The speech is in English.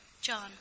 John